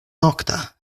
nokta